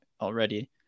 already